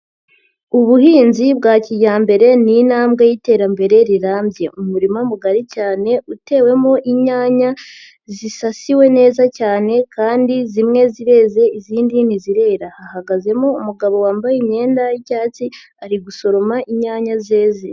Ubuhinzi bwa kijyambere ni intambwe y'iterambere rirambye, umurima mugari cyane utewemo inyanya zisasiwe neza cyane kandi zimwe zireze izindi ntizirera, hahagazemo umugabo wambaye imyenda y'icyatsi ari gusoroma inyanya zeze.